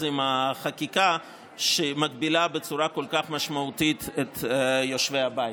עם החקיקה שמגבילה בצורה כל כך משמעותית את יושבי הבית.